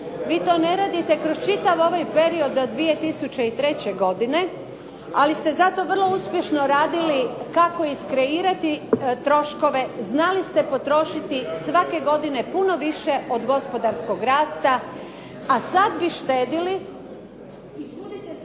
vi to ne radite kroz čitav ovaj period od 2003. godine, ali ste zato vrlo uspješno radili kako iskreirati troškove, znali ste potrošiti svake godine puno više od gospodarskog rasta, a sad bi štedili